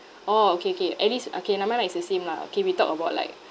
orh okay okay at least okay never mind lah it's the same lah okay we talk about like